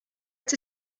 its